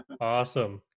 Awesome